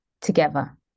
together